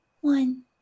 One